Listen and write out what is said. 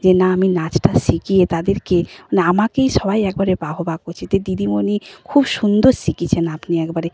যে না আমি নাচটা শিখিয়ে তাদেরকে মানে আমাকেই সবাই একবারে বাহবা করছে যে দিদিমণি খুব সুন্দর শিখিয়েছেন আপনি একবারে